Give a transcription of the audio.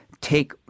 take